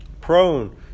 prone